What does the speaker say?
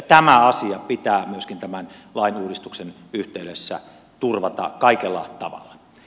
tämä asia pitää myöskin tämän lainuudistuksen yhteydessä turvata kaikella tavalla